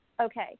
Okay